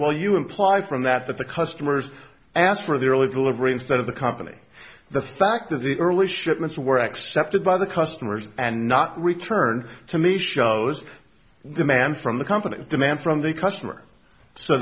well you imply from that that the customers asked for the early delivery instead of the company the fact that the early shipments were accepted by the customers and not return to me shows demand from the company demand from the customer so